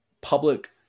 public